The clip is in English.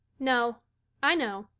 no i know.